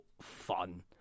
fun